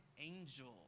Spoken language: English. angel